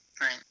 Right